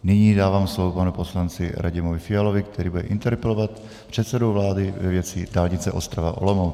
Nyní dávám slovo panu poslanci Radimu Fialovi, který bude interpelovat předsedu vlády ve věci dálnice Ostrava Olomouc.